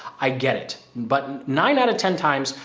i get it, but nine out of ten times,